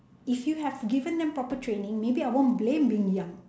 if you have given them proper training maybe I won't blame being young